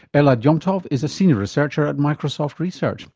elad yom tov is a senior researcher at microsoft research.